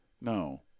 No